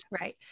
Right